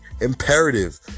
imperative